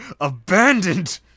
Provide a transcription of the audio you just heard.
abandoned